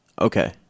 Okay